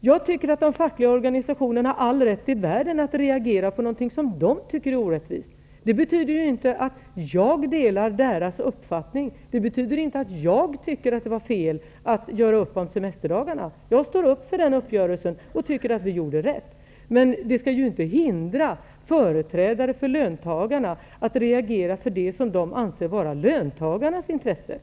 Jag tycker att de fackliga organisationerna har all rätt i världen att reagera på något som de tycker är orättvist. Det betyder ju inte att jag delar deras uppfattning. Det betyder inte att jag tycker att det var fel att göra upp om semesterdagarna. Jag står för den uppgörelsen och tycker att vi gjorde rätt. Men vi skall ju inte hindra företrädare för löntagarna att reagera för det som de anser vara löntagarnas intresse.